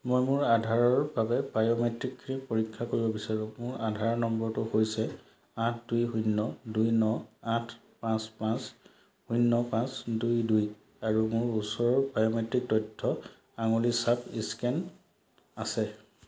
মই মোৰ আধাৰৰ বাবে বায়োমেট্ৰিকখিনি পৰীক্ষা কৰিব বিচাৰোঁ মোৰ আধাৰ নম্বৰটো হৈছে আঠ দুই শূন্য দুই ন আঠ পাঁচ পাঁচ শূন্য পাঁচ দুই দুই আৰু মোৰ ওচৰত বায়োমেট্ৰিক তথ্য আঙুলিৰ ছাপ স্কেন আছে